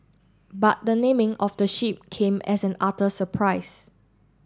but the naming of the ship came as an utter surprise